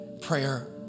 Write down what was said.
prayer